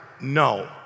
No